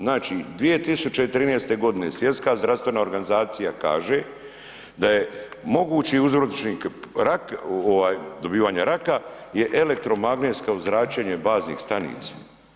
Znači 2013. godine Svjetska zdravstvena organizacija kaže da je mogući uzročnik rak, dobivanja raka je elektromagnetsko zračenje baznih stanica.